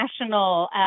national